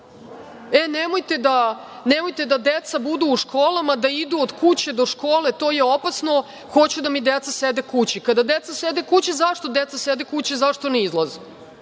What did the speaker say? E, nemojte da deca budu u školama, da idu od kuće do škole, to je opasno. Hoću da mi deca sede kući. Kada deca sede kući – zašto dece sede kući, zašto ne izlaze?